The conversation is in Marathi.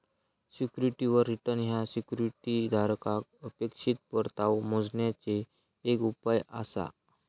सिक्युरिटीवर रिटर्न ह्या सिक्युरिटी धारकाक अपेक्षित परतावो मोजण्याचे एक उपाय आसा